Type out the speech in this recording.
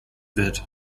wird